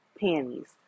panties